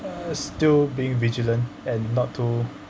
uh still being vigilant and not too